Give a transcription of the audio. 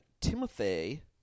Timothy